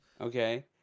Okay